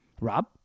Rob